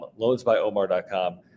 LoansByOmar.com